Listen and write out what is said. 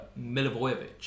Milivojevic